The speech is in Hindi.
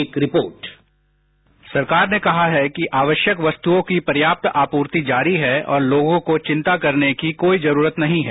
एक रिपोर्ट साउंड बाइंट सरकार ने कहा है कि आवश्यक वस्तुओं की पर्याप्त आपूर्ति जारी है और लोगों को चिंता करने की कोई जरूरत नहीं है